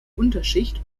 unterschicht